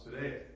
today